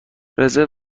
رزرو